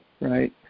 right